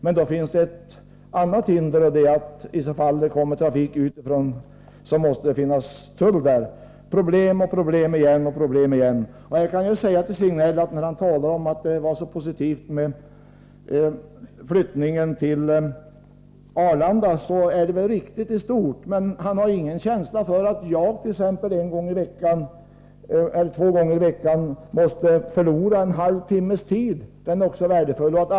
Men det finns ett hinder, eftersom det vid trafik utifrån måste finnas tull. Problem och åter problem. Sven-Gösta Signell sade att flyttningen till Arlanda var bra, och det är riktigt i stort sett, men han har inte någon känsla för att t.ex. jag två gånger i veckan förlorar en värdefull halvtimme.